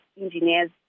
engineers